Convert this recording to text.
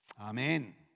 Amen